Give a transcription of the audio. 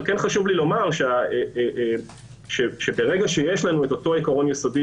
חשוב לי לומר שברגע שיש לנו אותו עיקרון יסודי